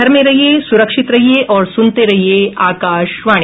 घर में रहिये सुरक्षित रहिये और सुनते रहिये आकाशवाणी